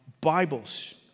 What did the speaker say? Bibles